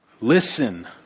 Listen